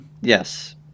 yes